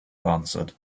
answered